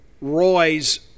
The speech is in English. Roy's